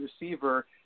receiver